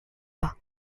pas